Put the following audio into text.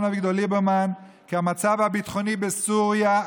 אביגדור ליברמן כי המצב הביטחוני בסוריה,